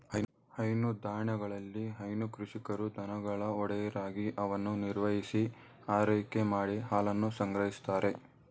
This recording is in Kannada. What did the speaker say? ಹೈನುದಾಣಗಳಲ್ಲಿ ಹೈನು ಕೃಷಿಕರು ದನಗಳ ಒಡೆಯರಾಗಿ ಅವನ್ನು ನಿರ್ವಹಿಸಿ ಆರೈಕೆ ಮಾಡಿ ಹಾಲನ್ನು ಸಂಗ್ರಹಿಸ್ತಾರೆ